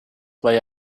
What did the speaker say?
way